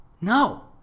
No